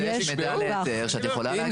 בגלל זה יש מידע להיתר שאת יכולה להגיד לו.